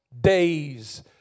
days